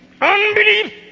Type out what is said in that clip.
unbelief